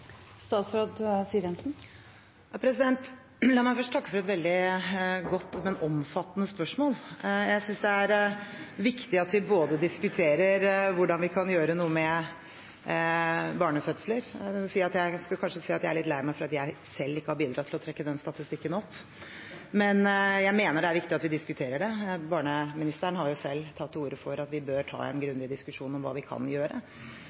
La meg først takke for et veldig godt, men omfattende spørsmål. Jeg synes det er viktig at vi diskuterer hvordan vi kan gjøre noe med antall barnefødsler. Jeg må kanskje si at jeg er litt lei meg for at jeg selv ikke har bidratt til å trekke den statistikken opp, men jeg mener det er viktig at vi diskuterer det. Barneministeren har selv tatt til orde for at vi bør ta en grundig diskusjon om hva vi kan gjøre.